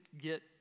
get